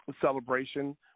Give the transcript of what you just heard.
Celebration